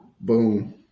Boom